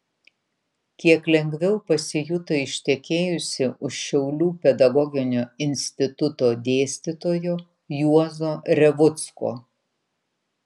kiek lengviau pasijuto ištekėjusi už šiaulių pedagoginio instituto dėstytojo juozo revucko